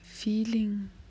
Feeling